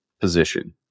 position